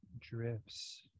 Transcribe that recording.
drifts